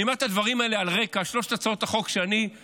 אני אומר את הדברים האלה על רקע שלוש הצעות החוק שהיום,